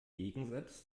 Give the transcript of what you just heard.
gegensatz